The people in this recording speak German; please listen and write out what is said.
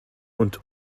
und